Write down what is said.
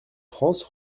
france